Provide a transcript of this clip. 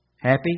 Happy